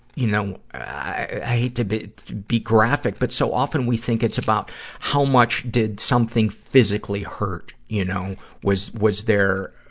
you know, i had to be, be graphic, but so often we think it's about how much did something physically hurt. you know, was was there, ah,